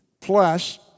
plus